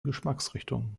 geschmacksrichtungen